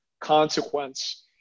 consequence